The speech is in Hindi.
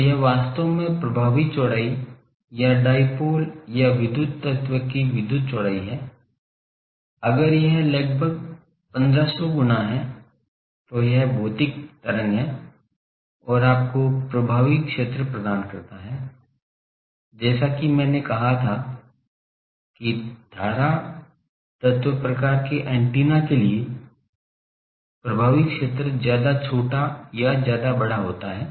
तो यह वास्तव में प्रभावी चौड़ाई या डायपोल या विद्युत तत्व की विद्युत चौड़ाई है अगर यह लगभग 1500 गुना है तो यह भौतिक तरंग है और आपको प्रभावी क्षेत्र प्रदान करता है जैसा कि मैंने कहा कि धारा तार प्रकार के एंटीना के लिए प्रभावी क्षेत्र ज्यादा छोटा या ज्यादा बड़ा होता है